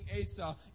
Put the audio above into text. Asa